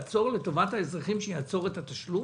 תתארו לעצמכם ששר האוצר מביא לאישור דבר כזה הסכום גבוה,